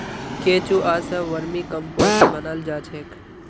केंचुआ स vermi compost बनाल जा छेक